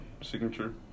signature